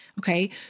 Okay